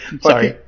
Sorry